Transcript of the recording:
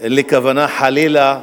שאין לי כוונה, חלילה,